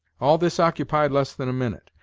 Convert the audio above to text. all this occupied less than a minute,